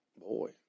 Boy